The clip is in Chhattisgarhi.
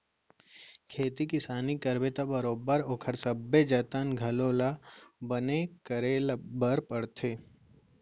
खेती किसानी करबे त बरोबर ओकर सबे जतन घलौ ल बने करे बर परथे